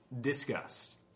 Discuss